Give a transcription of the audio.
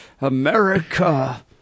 america